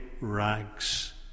rags